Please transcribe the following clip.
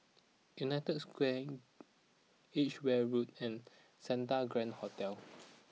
United Square Edgeware Road and Santa Grand Hotel